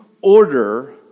order